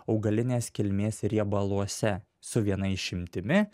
augalinės kilmės riebaluose su viena išimtimi